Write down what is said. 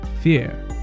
Fear